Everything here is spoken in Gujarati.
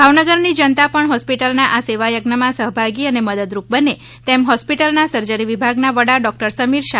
ભાવનગરની જનતા પણ હોસ્પિટલના આ સેવા યજ્ઞમાં સહભાગી અને મદદરૂપ બને તેમ હોસ્પિટલના સર્જરી વિભાગના વડા ડોકટર સમીર શાહે જણાવ્યું છે